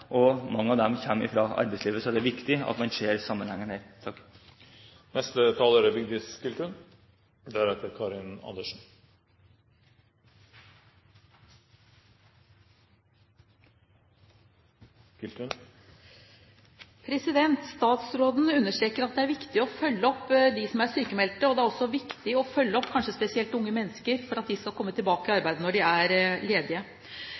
Mange av dem kommer fra arbeidslivet, så det er viktig at man ser sammenhengen her. Statsråden understreker at det er viktig å følge opp dem som er sykmeldte. Det er også viktig kanskje spesielt å følge opp unge mennesker som er ledige, for at de skal komme tilbake i